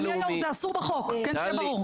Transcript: רק אדוני היו"ר זה אסור בחוק, שיהיה ברור.